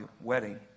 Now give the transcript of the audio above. wedding